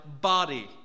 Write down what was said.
body